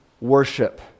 worship